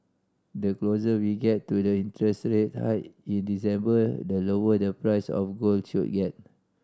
the closer we get to the interest rate hike in December the lower the price of gold should get